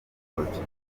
portugal